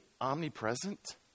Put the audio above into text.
omnipresent